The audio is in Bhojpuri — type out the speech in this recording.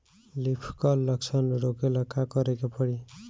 लीफ क्ल लक्षण रोकेला का करे के परी?